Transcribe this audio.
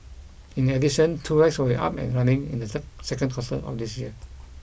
in addition two will be up and running in the second quarter of this year